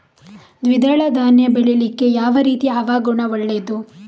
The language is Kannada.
ದ್ವಿದಳ ಧಾನ್ಯ ಬೆಳೀಲಿಕ್ಕೆ ಯಾವ ರೀತಿಯ ಹವಾಗುಣ ಒಳ್ಳೆದು?